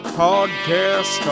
podcast